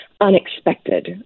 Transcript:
unexpected